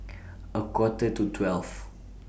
A Quarter to twelve